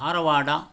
Dharwad